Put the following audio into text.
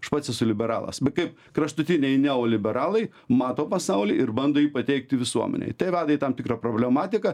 aš pats esu liberalas kaip kraštutiniai neoliberalai mato pasaulį ir bando jį pateikti visuomenei tai veda į tam tikrą problematiką